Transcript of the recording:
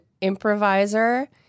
improviser